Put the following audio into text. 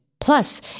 Plus